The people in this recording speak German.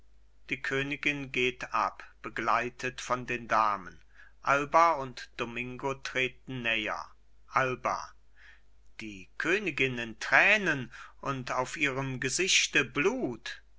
die königin geht ab begleitet von den damen alba und domingo treten näher alba die königin in tränen und auf ihrem gesichte blut